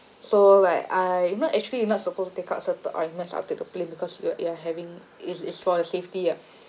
so like I you know actually you're not to suppose to take out certain ornaments up to the plane because you're you are having is is for the safety ah